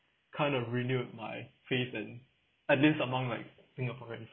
kind of renewed my faith in at least among like singaporeans